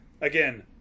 Again